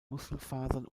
muskelfasern